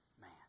man